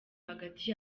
hagati